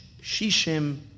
Shishim